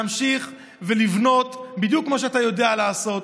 להמשיך לבנות בדיוק כמו שאתה יודע לעשות.